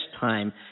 time